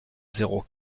zéro